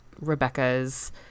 Rebecca's